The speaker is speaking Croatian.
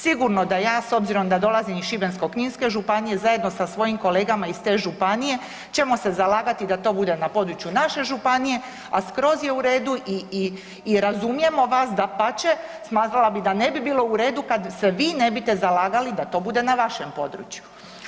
Sigurno da ja s obzirom da dolazim iz Šibensko-kninske županije zajedno sa svojim kolegama iz te županije ćemo se zalagati da to bude na području naše županije, a skroz je u redu i razumijemo vas dapače smatrala bi da ne bi bilo u redu kada se vi ne bi zalagali da to bude na vašem području.